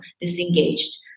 disengaged